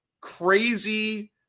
crazy